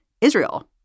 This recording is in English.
Israel